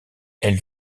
ailes